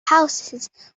houses